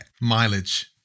mileage